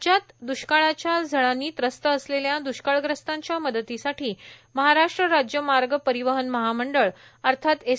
राज्यात द्ष्काळाच्या झळांनी त्रस्त असलेल्या द्रष्काळग्रस्तांच्या मदतीसाठी महाराष्ट्र राज्य मार्ग परिवहन महामंडळ अर्थात एस